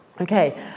Okay